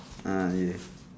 uh ya